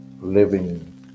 living